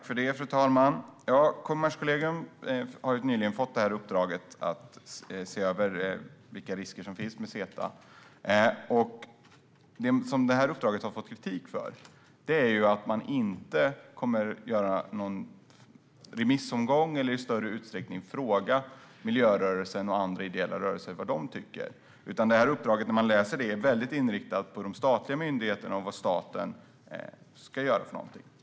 Fru talman! Kommerskollegium har nyligen fått uppdraget att se över vilka risker som finns med CETA. Det som uppdraget har fått kritik för är att man inte kommer att göra någon remissomgång eller i större utsträckning fråga miljörörelsen och andra ideella rörelser vad de tycker. När man läser uppdraget ser man att det är väldigt inriktat på de statliga myndigheterna och vad staten ska göra för någonting.